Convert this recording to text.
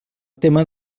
tema